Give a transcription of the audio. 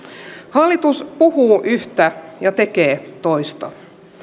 hallitus puhuu yhtä ja tekee toista